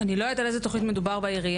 אני לא יודעת על איזו תוכנית מדובר בעירייה.